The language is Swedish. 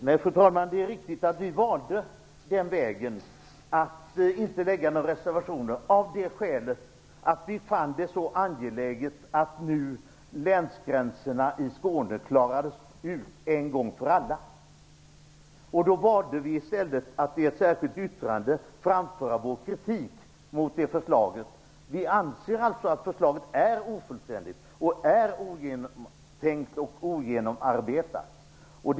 Fru talman! Det är riktigt att vi valde vägen att inte lägga några reservationer, av det skälet att vi fann det så angeläget att länsgränserna i Skåne nu klarades ut en gång för alla. Då valde vi i stället att framföra vår kritik mot det förslaget i ett särskilt yttrande. Vi anser alltså att förslaget är ofullständigt, ogenomtänkt och ogenomarbetat.